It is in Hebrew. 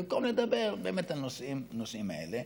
במקום לדבר באמת על הנושאים האלה.